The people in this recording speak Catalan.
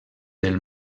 del